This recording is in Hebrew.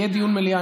יהיה דיון במליאה.